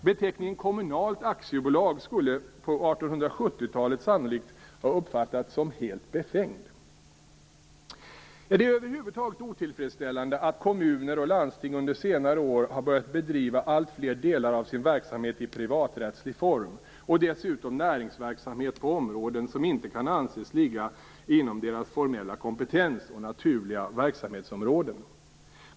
Beteckningen "kommunalt aktiebolag" skulle på 1870-talet sannolikt ha uppfattats som helt befängd. Det är över huvud taget otillfredsställande att kommuner och landsting under senare år har börjat bedriva alltfler delar av sin verksamhet i privaträttslig form och dessutom näringsverksamhet på områden som inte kan anses ligga inom deras formella kompetens och naturliga verksamhetsområden.